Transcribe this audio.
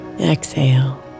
Exhale